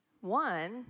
One